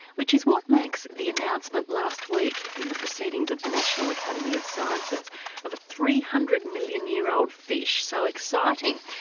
which is what makes the announcement last week in the proceedings of the national academy of sciences of a three hundred million-year-old fish so exciting.